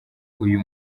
uyu